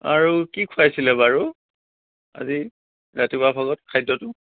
আৰু কি খুৱাইছিলে বাৰু আজি ৰাতিপুৱা ভাগত খাদ্যটো